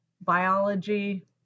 Biology